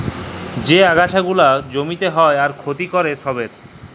যে আগাছা গুলা জমিতে হ্যয় আর ক্ষতি ক্যরে ছবের